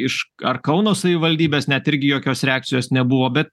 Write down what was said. iš ar kauno savivaldybės net irgi jokios reakcijos nebuvo bet